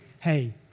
hey